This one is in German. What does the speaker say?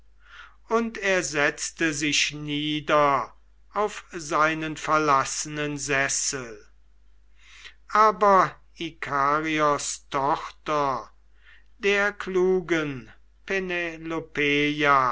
und er setzte sich nieder auf seinen verlassenen sessel aber ikarios tochter der klugen